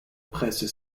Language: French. presse